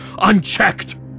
unchecked